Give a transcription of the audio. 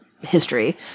history